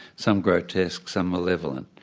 some grotesque, some malevolent.